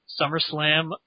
SummerSlam